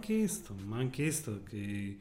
keista man keista kai